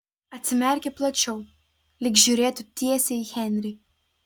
atsimerkė plačiau lyg žiūrėtų tiesiai į henrį